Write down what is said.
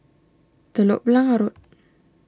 Telok Blangah Road